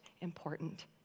important